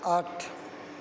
ਅੱਠ